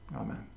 amen